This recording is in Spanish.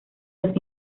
los